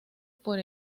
por